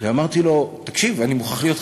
אמרתי לו: תקשיב, אני מוכרח להיות חייל.